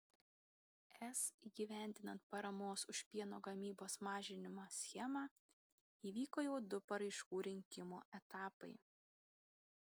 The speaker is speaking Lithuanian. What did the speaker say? es įgyvendinant paramos už pieno gamybos mažinimą schemą įvyko jau du paraiškų rinkimo etapai